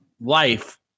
life